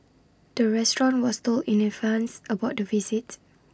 the restaurant was told in advance about the visit